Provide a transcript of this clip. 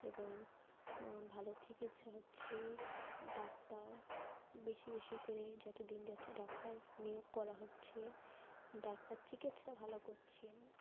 এবং ভালো চিকিৎসা হচ্ছে ডাক্তার বেশি বেশি করে যত দিন যাচ্ছে ডাক্তার নিয়োগ করা হচ্ছে ডাক্তার চিকিৎসা ভালো করছেন